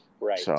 Right